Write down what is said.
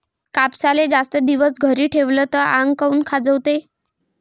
कापसाले जास्त दिवस घरी ठेवला त आंग काऊन खाजवते?